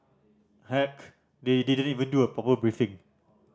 heck they didn't even do a proper briefing